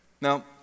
Now